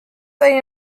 they